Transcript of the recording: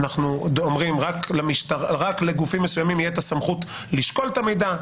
אנחנו אומרים שרק לגופים מסוימים תהיה הסמכות לשקול את המידע,